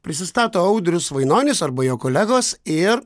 prisistato audrius vainonis arba jo kolegos ir